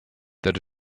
that